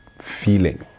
feeling